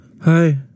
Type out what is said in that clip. Hi